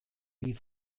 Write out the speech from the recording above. wie